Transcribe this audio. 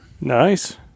Nice